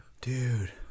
Dude